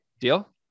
Deal